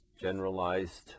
generalized